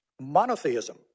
monotheism